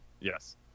Yes